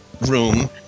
room